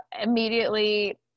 immediately